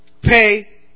Pay